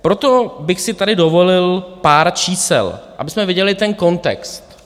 Proto bych si tady dovolil pár čísel, abychom viděli ten kontext.